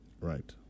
Right